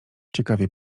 ciekawie